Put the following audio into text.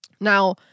Now